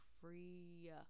free